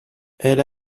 elle